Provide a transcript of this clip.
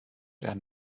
der